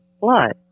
blood